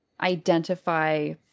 identify